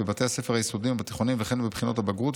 בבתי הספר היסודיים ובתיכוניים וכן בבחינות הבגרות,